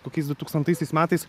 kokiais dutūkstantaisiais metais